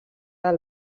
del